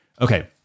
Okay